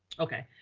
okay.